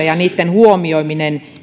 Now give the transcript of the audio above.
ja niitten huomioiminen